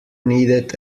needed